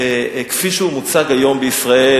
כפי שהוא מוצג היום בישראל,